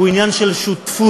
הוא עניין של שותפות,